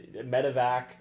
medevac